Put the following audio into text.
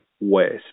ways